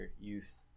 youth